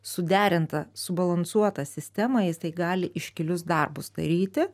suderintą subalansuotą sistemą jisai gali iškilius darbus daryti